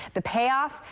the payoff,